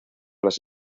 las